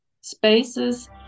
spaces